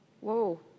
Whoa